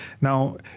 now